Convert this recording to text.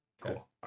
Cool